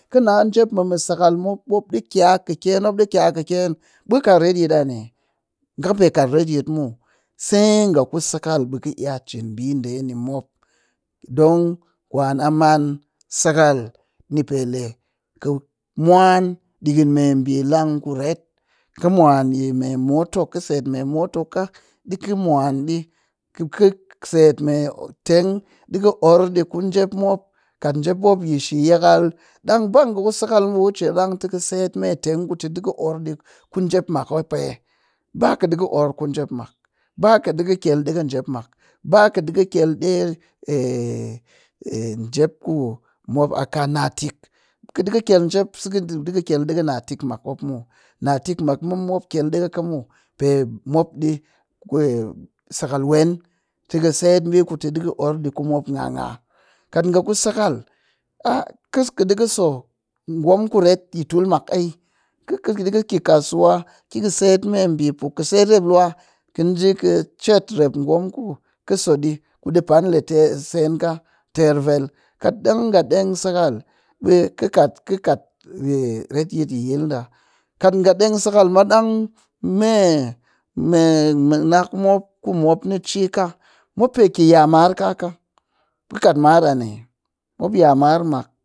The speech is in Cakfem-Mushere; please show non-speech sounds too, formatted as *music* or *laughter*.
Kɨ na njep mɨ mu sakal mop ɗi kyaa kɨkyen mop kyaa kɨkyen ɓe kɨ kat retyit a ne, nga pe kat retyit muw, se nga ku sakal ɓe ka iya cin ɓiiɗe ni mop don kwan a man sakal ni pe le kɨ mwan ɗikɨn me ɓi mwan kuret kɨ mwan ɗikɨn me moto kɨ set me moto ka, ɗikɨ mwan ɗi kɨ kɨset me teng ɗikɨ orr ɗi ku njep mop. Kat njep yi shi yakal ɗang ba nga ku sakal muw ɓe cin a ran tɨ kɨ set me teng ɗi ku tɨ ɗikɨ orr ɗi ku njep mak mop'ee ba kɨ ɗikɨ orr ku njep mak ba kɨ ɗiƙ kyel ɗege njep mak, ba kɨ ɗikɨ kyel ɗee ɗege *hesitation* njep ku a ka natik kɨ ɗikɨ kyel sɨk kɨ ɗikɨ kyel ɗekge natik mak mop natik mak ma mop kyel ɗekge ka muw pe mop ɗi kwe sakal wen tɨ set ɓi tɨ ɗi kɨ orr ɗi kumop ŋga ŋga kat nga ku sakal *hesitation* kɨ ɗikɨ so gwom ku ret yi tul mak'eh kɨ ki ɗikɨ ki kasuwa ki kɨ set me ɓii puk kɨ set rep luwa kɨnjii kɨ cet rep ngom ku kɨ so ɗi ku ɗipan le ter seenka ter vel katɗang nga ɗneg sakal ɓe kɨ kat kɨ kat retyit yi yil ɗe'a. kat nga deng sakal ɗang me me mɨnak mop ku mop ni cika mop pe ki ya mar kaaka kɨ kat mar a ne mop ya mar mak.